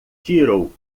tirou